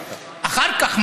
אחר כך,